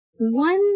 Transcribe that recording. one